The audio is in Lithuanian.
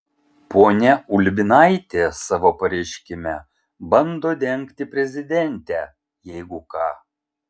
ponia ulbinaitė savo pareiškime bando dengti prezidentę jeigu ką